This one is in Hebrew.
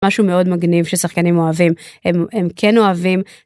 משהו מאוד מגניב ששחקנים אוהבים הם כן אוהבים.